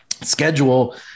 schedule